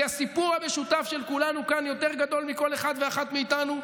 כי הסיפור המשותף של כולנו כאן יותר גדול מכל אחד ואחת מאיתנו,